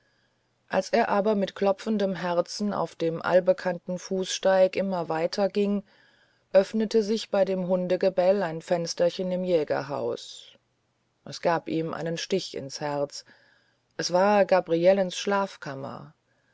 als er aber mit klopfendem herzen auf dem allbekannten fußsteig immer weiterging öffnete sich bei dem hundegebell ein fensterchen im jägerhaus es gab ihm einen stich ins herz es war gabrielens schlafkammer